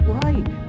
right